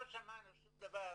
לא שמענו שום דבר